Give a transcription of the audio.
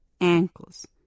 ankles